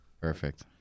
Perfect